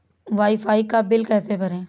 Wi fi का bill कैसे भरें?